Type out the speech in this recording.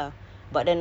a'ah